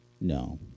No